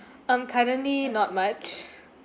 um currently not much